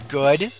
good